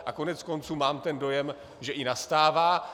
A koneckonců mám dojem, že i nastává.